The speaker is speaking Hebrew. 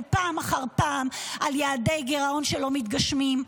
פעם אחר פעם על יעדי גירעון שלא מתגשמים,